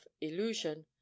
illusion